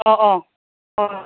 ꯑꯣ ꯑꯣ ꯍꯣꯏ